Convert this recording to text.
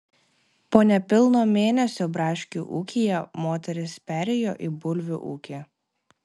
po nepilno mėnesio braškių ūkyje moteris perėjo į bulvių ūkį